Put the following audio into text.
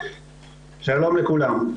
שלום לכולם,